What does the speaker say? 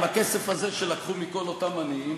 בכסף הזה שלקחו מכל אותם עניים,